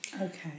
Okay